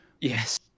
Yes